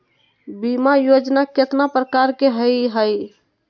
बीमा योजना केतना प्रकार के हई हई?